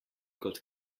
kot